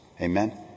Amen